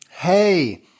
Hey